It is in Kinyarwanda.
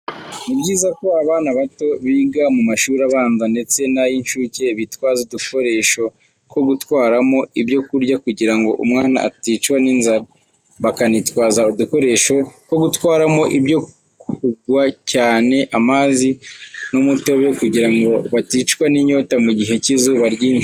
Nibyiza ko abana bato biga mu mashuri abanza ndetse nay'incuke bitwaza udukoresho two gutwaramo ibyo kurya kugira ngo umwana atishwa n'inzara, bakanitwaza udukoresho two gutwaramo ibyo kugwa cyane amazi n'umutobe kugira ngo batincwa ninyota mugihe cy'izuba ryinshi.